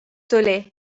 tuli